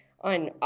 on